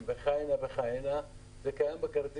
האמירה שכל אחד בוכה מאיפה שכואב